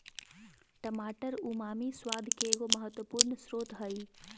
टमाटर उमामी स्वाद के एगो महत्वपूर्ण स्रोत हइ